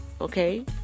okay